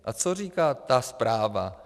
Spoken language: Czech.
A co říká ta zpráva?